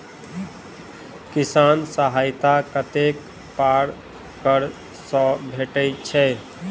किसान सहायता कतेक पारकर सऽ भेटय छै?